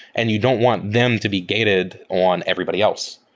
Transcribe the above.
and you don't want them to be gated on everybody else,